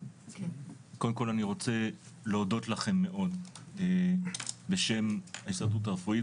קודם כל אני רוצה להודות לכם מאוד בשם ההסתדרות הרפואית,